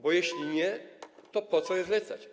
Bo jeśli nie, to po co je zlecać?